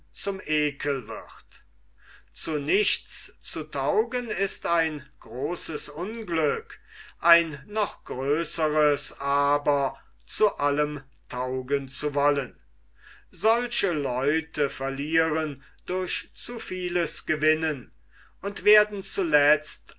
zum ekel wird zu nichts zu taugen ist ein großes unglück ein noch größres aber zu allem taugen zu wollen solche leute verlieren durch zu vieles gewinnen und werden zuletzt